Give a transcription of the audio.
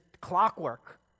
clockwork